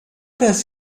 does